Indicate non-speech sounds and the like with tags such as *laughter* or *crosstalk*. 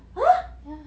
*noise*